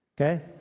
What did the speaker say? Okay